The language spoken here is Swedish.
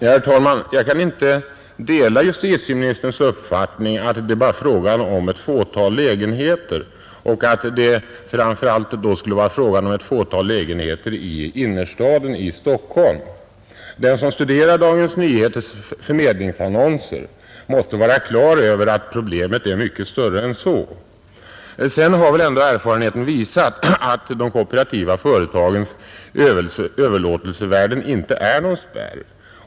Herr talman! Jag kan inte dela justitieministerns uppfattning att det lägenheter bara är fråga om ett fåtal lägenheter och att det framför allt då skulle vara fråga om ett fåtal lägenheter i innerstaden i Stockholm. Den som studerar Dagens Nyheters förmedlingsannonser måste vara klar över att problemet är mycket större än så. Sedan har väl ändå erfarenheten visat att de kooperativa företagens överlåtelsevärden inte är någon spärr.